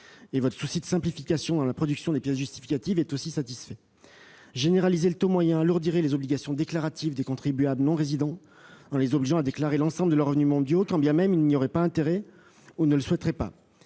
Votre souci de simplification de la production des pièces justificatives est également satisfait. Généraliser le taux moyen alourdirait les obligations déclaratives des contribuables non résidents en les obligeant à déclarer l'ensemble de leurs revenus mondiaux, quand bien même ils n'y auraient pas intérêt ou ne le souhaiteraient pas.